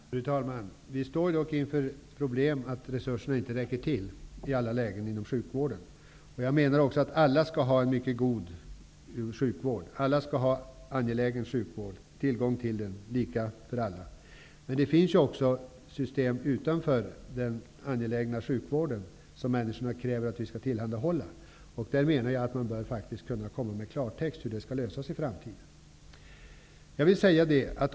Fru talman! Vi står dock inför problemet att resurserna inte räcker till inom sjukvården. Alla skall ha tillgång till en mycket god sjukvård, lika för alla. Det finns också system utanför den angelägna sjukvården som människor kräver att man skall tillhandahålla. Man bör faktiskt kunna ange i klartext hur det problemet skall lösas i framtiden.